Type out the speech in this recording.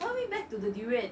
why are we back to the durian